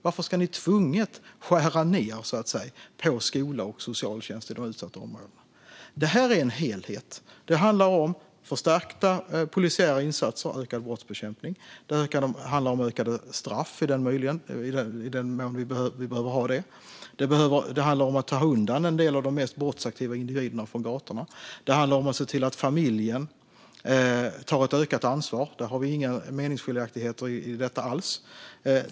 Varför ska ni tvunget skära ned på skola och socialtjänst i de utsatta områdena? Det är fråga om en helhet. Det handlar om förstärkta polisiära insatser, det vill säga ökad brottsbekämpning, det handlar om högre straff, i den mån de behövs, och det handlar om att ta undan en del av de mest brottsaktiva individerna från gatorna. Vidare handlar det om att se till att familjen tar ett ökat ansvar. Där har vi inga meningsskiljaktigheter alls.